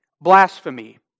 Blasphemy